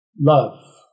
love